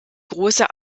große